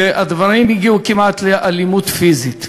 שהדברים הגיעו כמעט לאלימות פיזית.